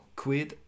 quid